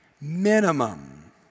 Minimum